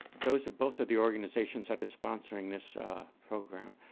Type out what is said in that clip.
those of both of the organizations that are sponsoring this program.